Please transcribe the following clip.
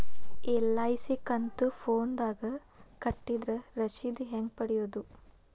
LIC ಕಂತು ಫೋನದಾಗ ಕಟ್ಟಿದ್ರ ರಶೇದಿ ಹೆಂಗ್ ಪಡೆಯೋದು?